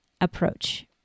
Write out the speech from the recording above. approach